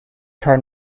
turn